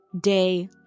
day